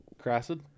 Crassid